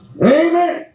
Amen